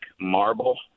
marble